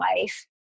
life